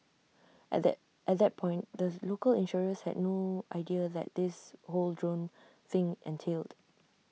at that at that point the local insurers had no idea that this whole drone thing entailed